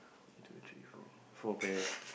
two three four four pears